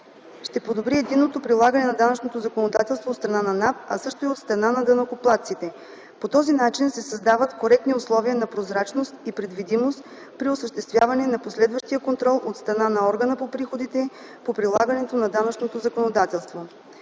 ще подобри единното прилагане на данъчното законодателство от страна на НАП, а също и от страна на данъкоплатците. По този начин се създават коректни условия на прозрачност и предвидимост при осъществяване на последващия контрол от страна на органа по приходите по прилагането на данъчното законодателство.